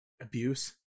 abuse